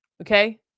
Okay